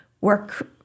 work